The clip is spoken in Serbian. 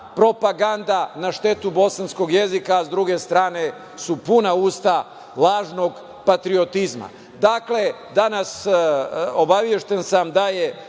propaganda, na štetu bosanskog jezika, a sa druge strane su puna usta lažnog patriotizma. Dakle, danas sam obavešten da je